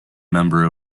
member